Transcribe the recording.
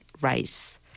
rice